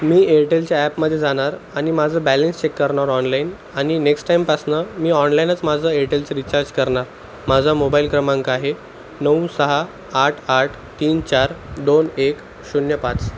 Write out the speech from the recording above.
मी एअरटेलच्या ॲपमध्ये जाणार आणि माझं बॅलन्स चेक करणार ऑनलाईन आणि नेक्स्ट टाइमपासून मी ऑनलाईनच माझं एअरटेलचं रिचार्ज करणार माझा मोबाईल क्रमांक आहे नऊ सहा आठ आठ तीन चार दोन एक शून्य पाच